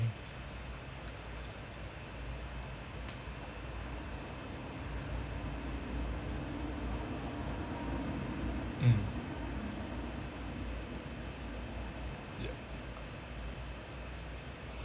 mm